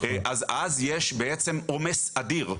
אז יש בעצם עומס אדיר,